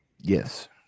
Yes